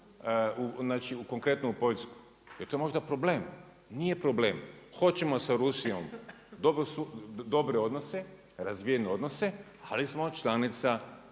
granicu, konkretno u Poljsku. Je li to možda problem? Nije problem. Hoćemo sa Rusijom dobre odnose, razvijene odnose, ali smo članica